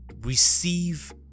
receive